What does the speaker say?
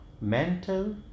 mental